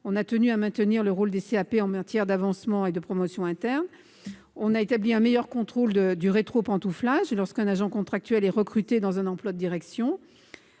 a tenu à maintenir le rôle des CAP en matière d'avancement et de promotion interne. Elle a établi un meilleur contrôle du rétropantouflage lorsqu'un agent contractuel est recruté dans un emploi de direction.